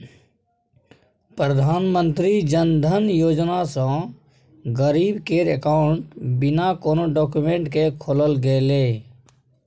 प्रधानमंत्री जनधन योजना सँ गरीब केर अकाउंट बिना कोनो डाक्यूमेंट केँ खोलल गेलै